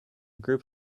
group